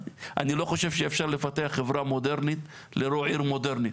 אני לא חושב שאפשר לפתח חברה מודרנית ללא עיר מודרנית.